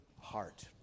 heart